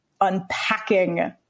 unpacking